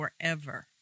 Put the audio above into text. forever